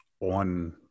on